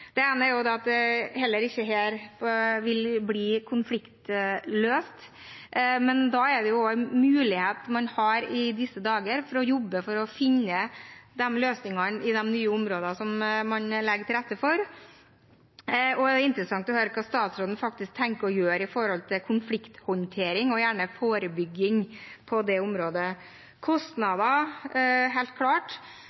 Det ene er at heller ikke dette vil bli konfliktløst, men da har man i disse dager en mulighet til å jobbe for å finne løsninger i de områdene som man legger til rette for. Det blir interessant å høre hva statsråden har tenkt å gjøre når det gjelder konflikthåndtering og forebygging på det området.